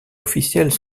officiels